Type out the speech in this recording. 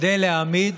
כדי להעמיד